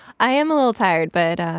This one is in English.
i am a little tired, but,